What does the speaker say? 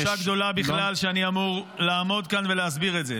זו בושה גדולה בכלל שאני אמור לעמוד כאן ולהסביר את זה.